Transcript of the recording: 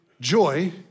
joy